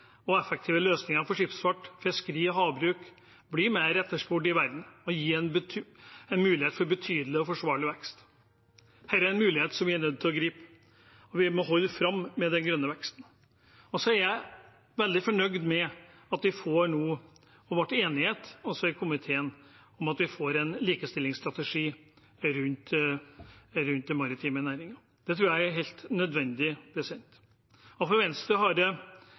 og effektive løsninger for skipsfart, fiskeri og havbruk blir mer etterspurt i verden og gir mulighet for en betydelig og forsvarlig vekst. Dette er en mulighet vi er nødt til å gripe, og vi må holde fram med den grønne veksten. Jeg er veldig fornøyd med at vi i komiteen ble enige om og nå får en likestillingsstrategi for de maritime næringene. Det tror jeg er helt nødvendig. For Venstre har det